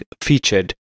featured